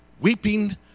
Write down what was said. weeping